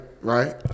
right